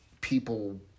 people